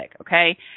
Okay